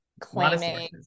Claiming